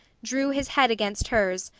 drew his head against hers,